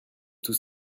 tous